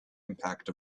impact